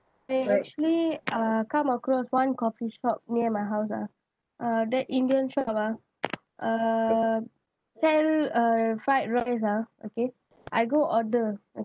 we actually uh come across one coffee shop near my house ah uh that indian shop ah uh sell uh fried rice ah okay I go order